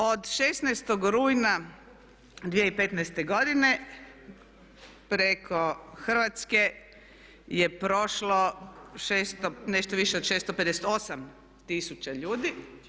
Od 16. rujna 2015. godine preko Hrvatska je prošlo nešto više od 658 tisuća ljudi.